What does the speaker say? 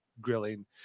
grilling